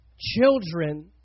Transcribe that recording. children